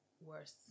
worse